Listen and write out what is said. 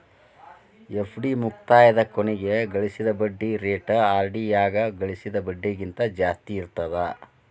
FD ಮುಕ್ತಾಯದ ಕೊನಿಗ್ ಗಳಿಸಿದ್ ಬಡ್ಡಿ ರೇಟ ಆರ್.ಡಿ ಯಾಗ ಗಳಿಸಿದ್ ಬಡ್ಡಿಗಿಂತ ಜಾಸ್ತಿ ಇರ್ತದಾ